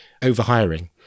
overhiring